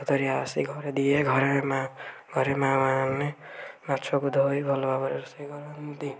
ମାଛ ଧରି ଆସି ଘରେ ଦିଏ ଘରେ ମାଆ ଘରେ ମାଆ ମାନେ ମାଛକୁ ଧୋଇ ଭଲ ଭାବରେ ରୋଷେଇ କରନ୍ତି